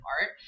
art